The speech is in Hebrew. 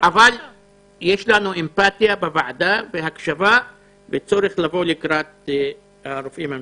יש בקרב חבריי הוועדה אמפטיה וקשב למצוקת המתמחים.